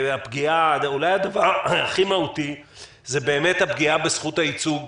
אולי הדבר הכי מהותי זו באמת הפגיעה בזכות הייצוג